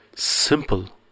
Simple